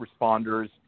responders